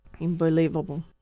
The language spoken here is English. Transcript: Unbelievable